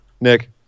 Nick